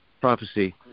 prophecy